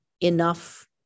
enough